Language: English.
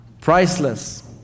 Priceless